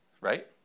right